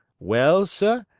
well, seh,